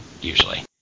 usually